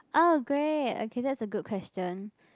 oh great okay that's a good question